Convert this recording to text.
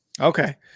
Okay